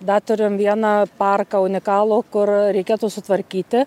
dar turim vieną parką unikalų kur reikėtų sutvarkyti